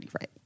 Right